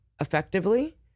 effectively